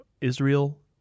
Israel